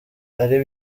ari